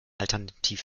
alternativ